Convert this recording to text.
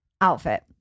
outfit